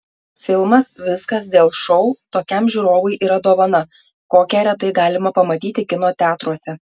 filmas viskas dėl šou tokiam žiūrovui yra dovana kokią retai galima pamatyti kino teatruose